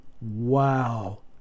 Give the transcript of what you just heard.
Wow